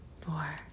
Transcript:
four